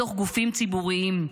בתוך גופים ציבוריים,